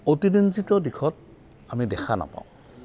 অতিৰঞ্জিত দিশত আমি দেখা নাপাওঁ